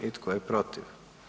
I tko je protiv?